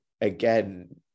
again